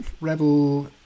rebel